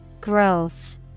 Growth